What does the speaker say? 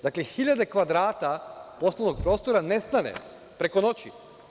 Dakle, hiljade kvadrata poslovnog prostora nestane preko noći.